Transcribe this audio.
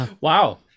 Wow